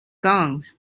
gongs